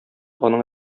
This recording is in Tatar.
аның